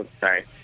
Sorry